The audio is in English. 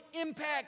impact